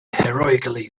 heroically